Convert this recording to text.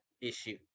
issue